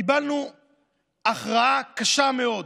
קיבלנו הכרעה קשה מאוד